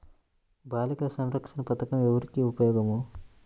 బాలిక సంరక్షణ పథకం ఎవరికి ఉపయోగము?